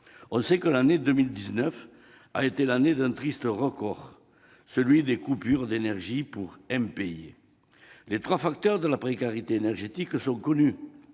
On sait que l'année 2019 a été celle d'un triste record, celui du nombre de coupures d'énergie pour impayés. Les trois facteurs de la précarité énergétique sont connus